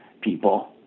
people